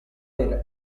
per